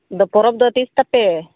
ᱟᱫᱚ ᱯᱚᱨᱚᱵ ᱫᱚ ᱛᱤᱥ ᱛᱟᱯᱮ